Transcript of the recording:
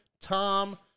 Tom